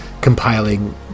compiling